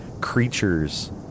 creatures